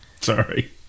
Sorry